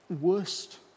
worst